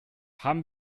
haben